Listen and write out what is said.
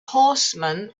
horseman